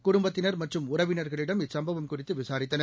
குடும்பத்தினர் மற்றும் உறவினர்களிடம் இச்சம்பவம் குறித்துவிசாரித்தனர்